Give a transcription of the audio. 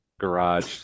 garage